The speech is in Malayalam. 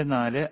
4 5